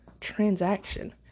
transaction